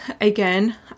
Again